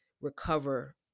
recover